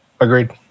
agreed